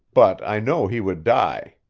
but i know he would die.